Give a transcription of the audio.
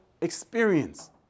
experience